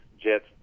Jets